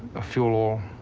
a fuel,